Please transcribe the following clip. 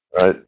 right